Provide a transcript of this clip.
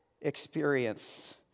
experience